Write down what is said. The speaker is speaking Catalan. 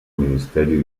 ministeri